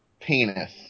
penis